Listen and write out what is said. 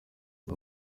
aya